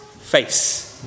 face